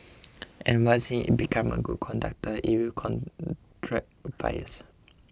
and once it becomes a good conductor it will attract fires